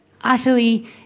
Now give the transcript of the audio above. utterly